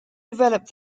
develop